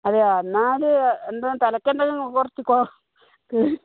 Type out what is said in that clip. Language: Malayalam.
അതെയോ എന്നാൽ എന്തോ തലയ്ക്ക് എന്തെങ്കിലും കുറച്ച് കൊ